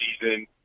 season